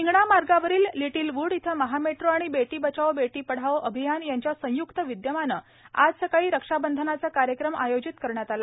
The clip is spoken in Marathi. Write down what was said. हिंगणा मार्गावरील लिटिल वूड इथं महामेट्रो आणि बेटी बचाओ बेटी पढाओ यांच्या संयुक्त विद्यमाने आज सकाळी रक्षाबंधनाचा कार्यक्रम आयोजित करण्यात आला